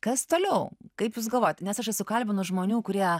kas toliau kaip jūs galvojat nes aš esu kalbinus žmonių kurie